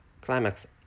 climax